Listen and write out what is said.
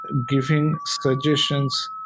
giving suggestions.